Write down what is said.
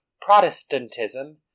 Protestantism